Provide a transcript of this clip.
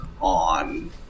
on